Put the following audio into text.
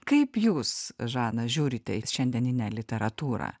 kaip jūs žana žiūrite į šiandieninę literatūrą